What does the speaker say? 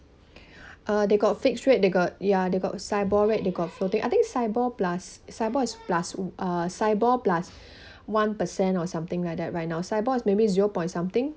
uh they got fixed rate they got ya they got SIBOR rate they got floating I think SIBOR plus SIBOR is plus uh SIBOR plus one percent or something like that right now SIBOR is maybe zero point something